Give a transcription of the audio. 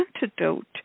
antidote